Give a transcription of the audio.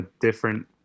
different